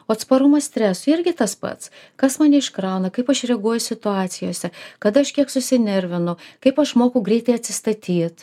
o atsparumas stresui irgi tas pats kas mane iškrauna kaip aš reaguoju situacijose kada aš kiek susinervinu kaip aš moku greitai atsistatyt